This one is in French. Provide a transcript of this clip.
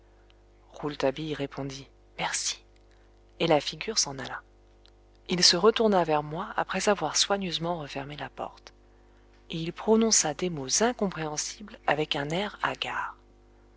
rouletabille répondit merci et la figure s'en alla il se retourna vers moi après avoir soigneusement refermé la porte et il prononça des mots incompréhensibles avec un air hagard